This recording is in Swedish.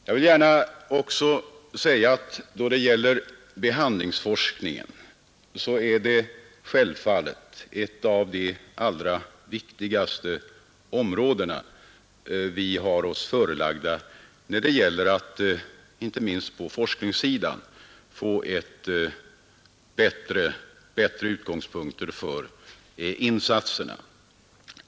Jag vill gärna betona att behandlingsforskningen självfallet är en av de allra viktigaste uppgifter vi har oss förelagda när det gäller att få bättre utgångspunkter för insatserna.